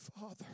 father